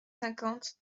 cinquante